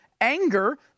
anger